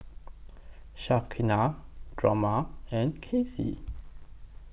Shaquana Drema and Kasey